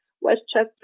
Westchester